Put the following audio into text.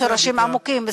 עם שורשים עמוקים,